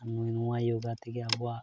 ᱱᱩᱭ ᱱᱚᱣᱟ ᱭᱳᱜᱟ ᱛᱮᱜᱮ ᱟᱵᱚᱣᱟᱜ